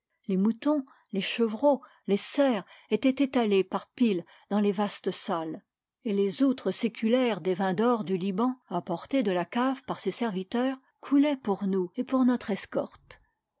les moutons les chevreaux les cerfs étaient étalés par piles dans les vastes salles et les outres séculaires des vins d'or du liban apportées de la cave par ses serviteurs coulaient pour nous et pour notre escorte